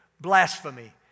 blasphemy